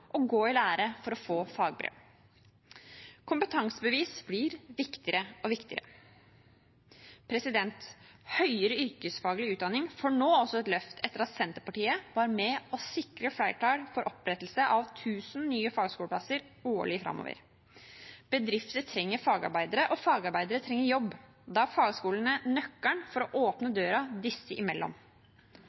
gå i lære for å få fagbrev. Kompetansebevis blir viktigere og viktigere. Høyere yrkesfaglig utdanning får nå også et løft etter at Senterpartiet var med på å sikre flertall for opprettelse av 1 000 nye fagskoleplasser årlig framover. Bedrifter trenger fagarbeidere, og fagarbeidere trenger jobb. Da er fagskolene nøkkelen for å åpne døren disse imellom.